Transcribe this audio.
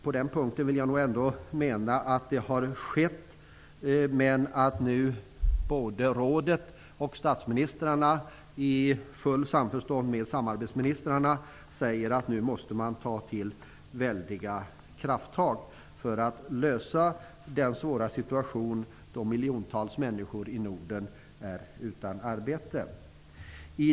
På den punkten vill jag ändå mena att det har skett något, men att både rådet och statsministrarna i fullt samförstånd med samarbetsministrarna säger att man nu måste ta till väldiga krafttag för att reda upp den svåra situation där miljontals människor i Norden är utan arbete.